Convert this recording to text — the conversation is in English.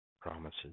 promises